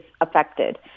affected